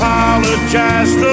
Apologize